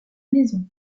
maison